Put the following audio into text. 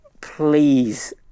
please